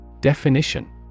Definition